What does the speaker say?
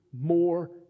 more